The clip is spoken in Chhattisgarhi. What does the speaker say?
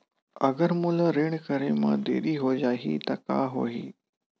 अगर मोला ऋण करे म देरी हो जाहि त का होही?